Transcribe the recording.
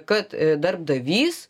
kad darbdavys